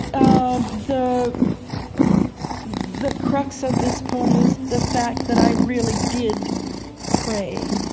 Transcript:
um the the crux of this poem is the fact that i really did pray,